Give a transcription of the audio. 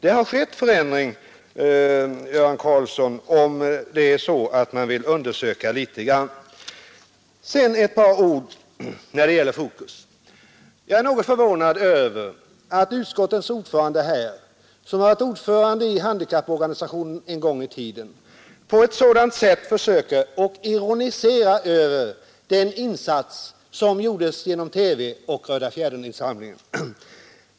Det har skett en förändring, Göran Karlsson, vilket man kan upptäcka om man vill undersöka frågan litet grand. Sedan några ord om Fokus. Jag är något förvånad över att utskottets ordförande, som en gång i tiden var ordförande i en handikapporganisation, ironiserar över den insats som gjordes genom TV och Röda fjädern-insamlingen.